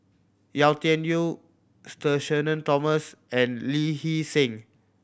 Yau Tian Yau Sir Shenton Thomas and Lee Hee Seng